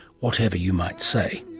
whatever you might say